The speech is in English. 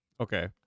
Okay